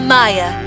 Maya